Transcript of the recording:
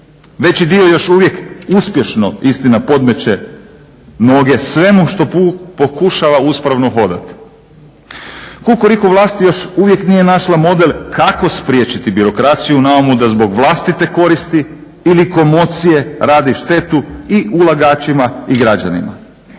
veći dio još uvijek uspješno, istina podmeće noge svemu što pokušava uspravno hodati. Kukuriku vlast još uvijek nije našla model kako spriječiti birokraciju u naumu da zbog vlastite koristi ili komocije radi štetu i ulagačima i građanima.